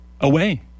away